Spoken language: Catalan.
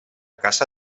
casa